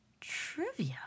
trivia